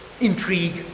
Intrigue